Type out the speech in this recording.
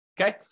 Okay